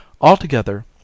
Altogether